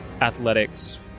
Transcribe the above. athletics